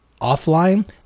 offline